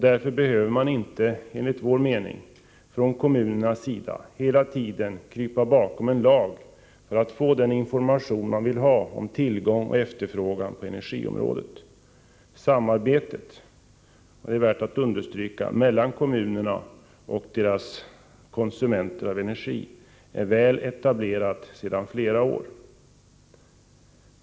Därför behöver enligt vår mening kommunerna inte hela tiden krypa bakom en lag för att få den information de vill ha om tillgång och efterfrågan på energiområdet. Samarbetet mellan kommunerna och energikonsumenterna är, vilket är värt att understryka, väl etablerat sedan flera år.